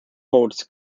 holds